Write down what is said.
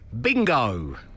bingo